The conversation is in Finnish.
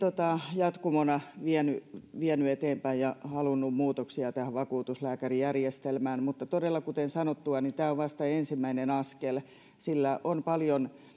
jatkumona vieneet vieneet eteenpäin ja halunneet muutoksia tähän vakuutuslääkärijärjestelmään mutta todella kuten sanottua tämä on vasta ensimmäinen askel sillä